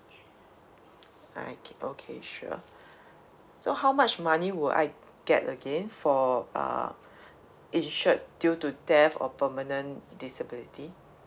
okay okay sure so how much money will I get again for uh insured due to death or permanent disability